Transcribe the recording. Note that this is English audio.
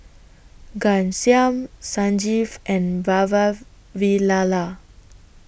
Ghanshyam Sanjeev and Vavilala